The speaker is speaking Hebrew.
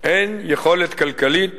אין יכולת כלכלית